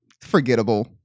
forgettable